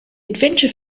adventure